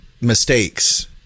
mistakes